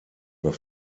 were